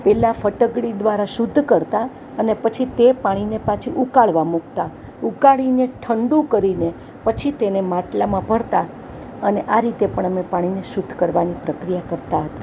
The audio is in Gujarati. પહેલાં ફટકડી દ્વારા શુદ્ધ કરતાં અને પછી તે પાણીને પાછી ઉકાળવા મૂકતાં ઉકાળીને ઠંડુ કરીને પછી તેને માટલામાં ભરતાં અને આ રીતે પણ અમે પાણીને શુદ્ધ કરવાની પ્રક્રિયા કરતા હતાં